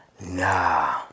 nah